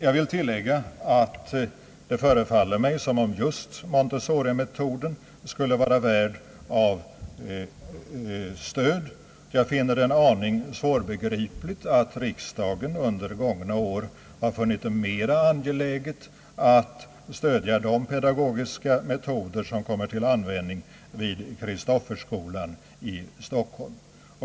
Jag vill tillägga att det förefaller mig, som om just Montessorimetoden skulle vara värd allt stöd. Jag finner det en aning svårbegripligt att riksdagen under gångna år funnit det mera angeläget att stödja de pedagogiska metoder som kommer till användning vid Kristofferskolan i Stockholm.